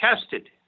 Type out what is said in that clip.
tested